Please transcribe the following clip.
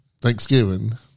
thanksgiving